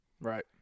Right